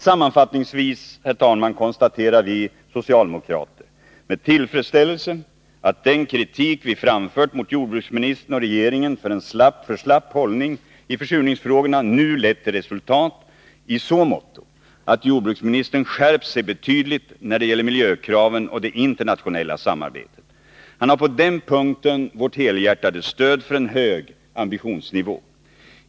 Sammanfattningsvis, herr talman, konstaterar vi socialdemokrater med tillfredsställelse att den kritik som vi framfört mot jordbruksministern och regeringen för en alltför slapp hållning i försurningsfrågorna nu lett till resultat i så måtto att jordbruksministern skärpt sig betydligt när det gäller miljökraven och det internationella samarbetet. Han har på den punkten vårt helhjärtade stöd för en hög ambitionsnivå.